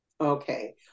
Okay